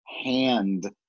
hand